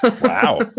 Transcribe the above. Wow